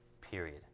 period